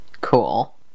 Cool